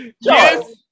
Yes